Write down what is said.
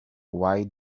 why